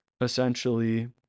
essentially